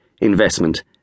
investment